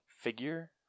figure